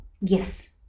Yes